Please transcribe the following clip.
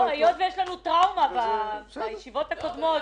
היות שיש לנו טראומה מהישיבות הקודמות,